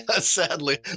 sadly